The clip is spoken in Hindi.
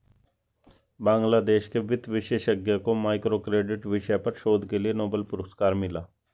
बांग्लादेश के वित्त विशेषज्ञ को माइक्रो क्रेडिट विषय पर शोध के लिए नोबेल पुरस्कार मिला